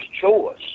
choice